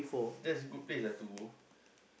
that's good place ah to go